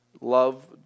Love